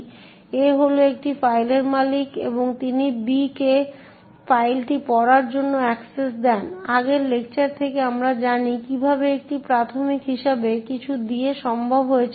A হল একটি ফাইলের মালিক এবং তিনি B কে ফাইলটি পড়ার জন্য অ্যাক্সেস দেন আগের লেকচার থেকে আমরা জানি কিভাবে এটি প্রাথমিক হিসাবে কিছু দিয়ে সম্ভব হয়েছে